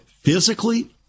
physically